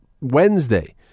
Wednesday